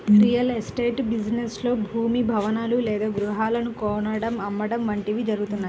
real estate business లో భూమి, భవనాలు లేదా గృహాలను కొనడం, అమ్మడం వంటివి జరుగుతుంటాయి